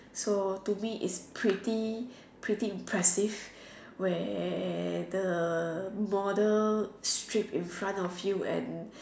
so to me it's pretty impressive where the model strip in front of you and